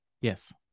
Yes